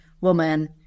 woman